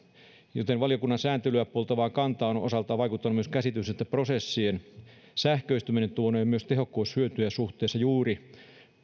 joten valiokunnan sääntelyä puoltavaan kantaan on osaltaan vaikuttanut myös käsitys että prosessien sähköistyminen tuonee myös tehokkuushyötyjä suhteessa eniten juuri